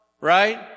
Right